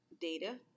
data